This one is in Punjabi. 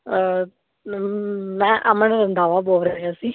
ਮ ਮੈਂ ਅਮਨ ਰੰਧਾਵਾ ਬੋਲ ਰਿਹਾ ਸੀ